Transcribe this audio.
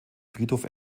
friedhof